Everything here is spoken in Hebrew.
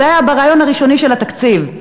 זה היה ברעיון הראשוני של התקציב,